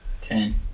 Ten